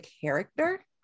character